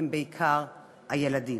הם בעיקר הילדים.